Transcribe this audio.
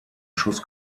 schuss